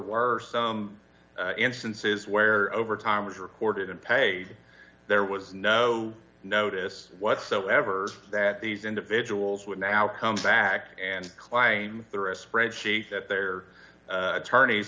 were some instances where overtime was recorded and paid there was no notice whatsoever that these individuals would now come back and claim they are a spreadsheet that their attorneys